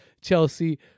Chelsea